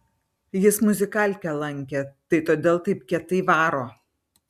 jis muzikalkę lankė tai todėl taip kietai varo